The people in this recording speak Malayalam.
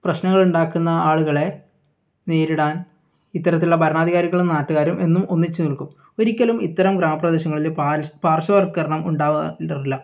പ്രശ്നങ്ങളുണ്ടാക്കുന്ന ആളുകളെ നേരിടാൻ ഇത്തരത്തിലുള്ള ഭരണാധികാരികളും നാട്ടുകാരും എന്നും ഒന്നിച്ച് നിൽക്കും ഒരിക്കലും ഇത്തരം ഗ്രാമപ്രദേശങ്ങളില് പാർശ പാർശ്വവൽക്കരണം ഉണ്ടാവാറില്ല